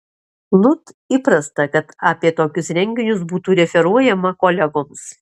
lud įprasta kad apie tokius renginius būtų referuojama kolegoms